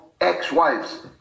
ex-wives